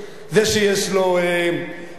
זה שהוא